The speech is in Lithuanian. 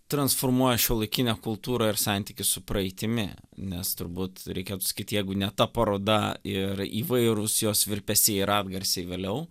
transformuoja šiuolaikinę kultūrą ir santykius su praeitimi nes turbūt reikėtų sakyt jeigu ne ta paroda ir įvairūs jos virpesiai ir atgarsiai vėliau